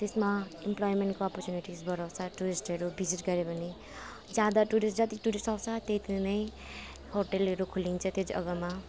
त्यसमा इम्प्लोइमेन्टको अपरचुनिटिस बढाउँछ टुरिस्टहरू भिजिट गऱ्यो भने ज्यादा टुरिस्ट जति टुरिस्ट आउँछ त्यत्ति नै होटलहरू खोलिन्छ त्यो जग्गामा